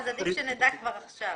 איך יכול להיות דבר כזה?